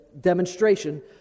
demonstration